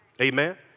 Amen